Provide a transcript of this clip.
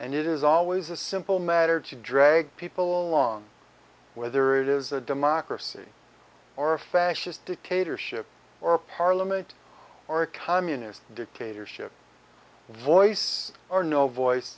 and it is always a simple matter to drag people along whether it is a democracy or a fascist dictatorship or a parliament or a communist dictatorship voice or no voice